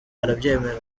arabyemera